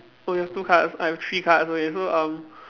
oh you have two cards I have three cards okay so um